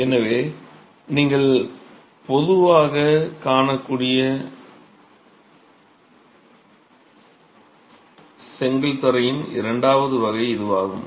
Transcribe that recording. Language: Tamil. எனவே நீங்கள் பொதுவாகக் காணக்கூடிய செங்கல் தரையின் இரண்டாவது வகை இதுவாகும்